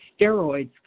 Steroids